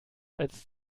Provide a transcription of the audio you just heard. als